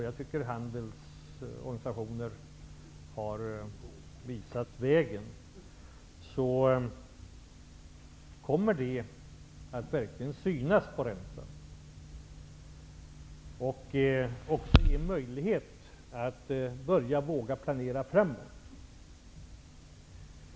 Jag tycker att handelns organisationer har visat vägen. Detta kommer att märkas på räntan. Det ger också möjlighet att våga börja planera framåt.